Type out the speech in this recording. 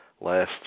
Last